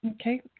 Okay